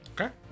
Okay